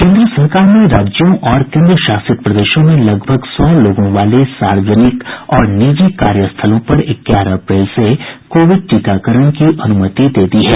केंद्र सरकार ने राज्यों और केंद्र शासित प्रदेशों में लगभग सौ लोगों वाले सार्वजनिक और निजी कार्यस्थलों पर ग्यारह अप्रैल से कोविड टीकाकरण की अनुमति दे दी है